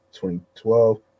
2012